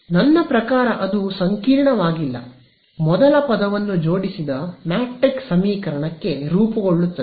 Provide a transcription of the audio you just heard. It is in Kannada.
ಆದ್ದರಿಂದ ನನ್ನ ಪ್ರಕಾರ ಅದು ಸಂಕೀರ್ಣವಾಗಿಲ್ಲ ಮೊದಲ ಪದವನ್ನು ಜೋಡಿಸಿದ ಮ್ಯಾಟ್ರಿಕ್ಸ್ ಸಮೀಕರಣಕ್ಕೆ ರೂಪುಗೊಳ್ಳುತ್ತದೆ